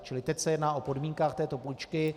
Čili teď se jedná o podmínkách této půjčky.